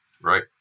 right